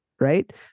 Right